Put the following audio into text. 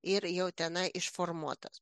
ir jau tenai išformuotas